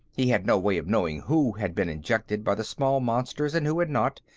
he had no way of knowing who had been injected by the small monsters and who had not,